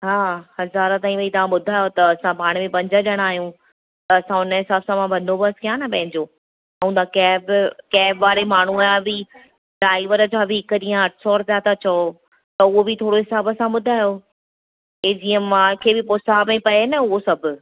हा हज़ार ताईं वरी तव्हां ॿुधायो त असां पाण में पंज ॼणा आहियूं असां त हुनजे हिसाब सां मां बंदोबस्तु कयां न पंहिंजो ऐं ॿ कैब कैब वारे माण्हू जा ॿि ड्राईवर जा ॿि हिकु ॾींहुं अठ सौ रुपिया था चओ त हूअ बि थोरे हिसाब सां ॿुधायो ऐं जीअं मूंखे बि पोइ हिसाबे पए ना हूअ सभु